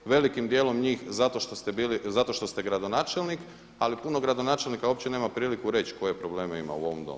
Velikim dijelom njih zato što ste gradonačelnik, ali puno gradonačelnika uopće nema priliku reći koje probleme ima u ovom Domu.